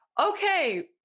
okay